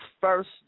first